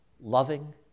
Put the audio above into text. loving